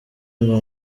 ngo